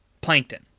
Plankton